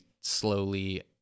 slowly